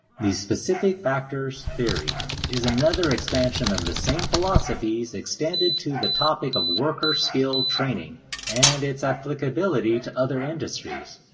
the specific factors theory is another expansion of the same philosophies extended to the topic of worker-skill-training and its applicability to other industries.